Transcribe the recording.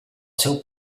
seu